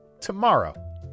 tomorrow